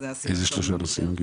אילו שלושה נושאים?